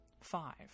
five